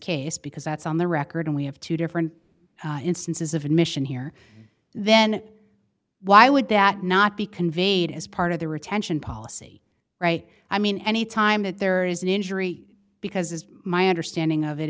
case because that's on the record and we have two different instances of admission here then why would that not be conveyed as part of the retention policy right i mean any time that there is an injury because as my understanding of it